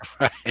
right